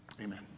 Amen